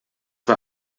war